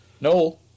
Noel